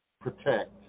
protect